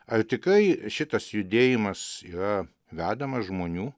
ar tikrai šitas judėjimas yra vedamas žmonių